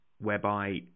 whereby